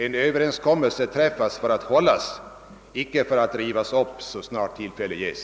En överenskommelse träffas för att hållas, icke för att rivas upp så snart tillfälle ges.